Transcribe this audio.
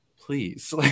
please